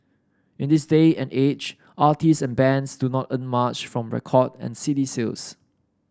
in this day and age artist and bands do not earn much from record and C D sales